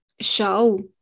show